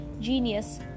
genius